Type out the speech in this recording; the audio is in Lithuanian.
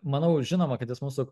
manau žinoma kad jis mūsų